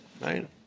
Right